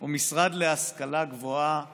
או משרד להשכלה גבוהה ומשלימה.